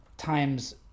times